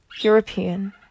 european